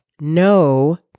No